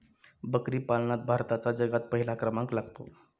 बकरी पालनात भारताचा जगात पहिला क्रमांक लागतो